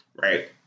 Right